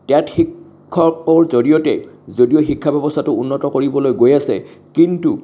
TET শিক্ষকৰ জৰিয়তে যদিও শিক্ষা ব্যৱস্থাটো উন্নত কৰিবলৈ গৈ আছে কিন্তু